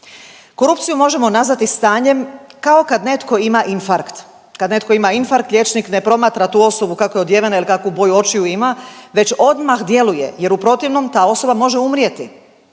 Korupciju možemo nazvati stanjem kao kad netko ima infarkt. Kad netko ima infarkt liječnik ne promatra tu osobu kako je odjevena ili kakvu boju očiju ima već odmah djeluje jer u protivnom ta osoba može umrijeti.